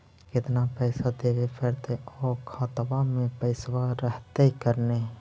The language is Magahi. केतना पैसा देबे पड़तै आउ खातबा में पैसबा रहतै करने?